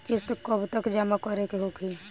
किस्त कब तक जमा करें के होखी?